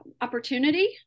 opportunity